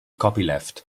copyleft